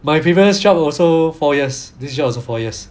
my previous job also four years this job also four years